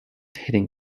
hitting